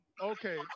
Okay